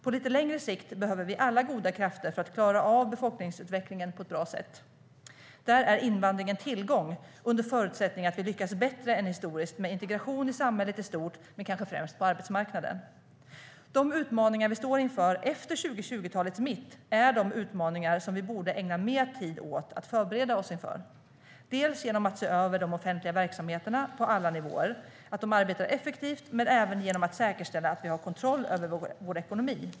På lite längre sikt behöver vi alla goda krafter för att klara av befolkningsutvecklingen på ett bra sätt. Där är invandring en tillgång under förutsättning att vi lyckas bättre än historiskt sett med integration i samhället i stort, men kanske främst på arbetsmarknaden. De utmaningar som vi står inför efter 2020-talets mitt är de utmaningar som vi borde ägna mer tid åt att förbereda oss för, dels genom att se över att de offentliga verksamheterna på alla nivåer så att de arbetar effektivt, dels även genom att säkerställa att vi har kontroll över vår ekonomi.